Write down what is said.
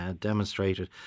demonstrated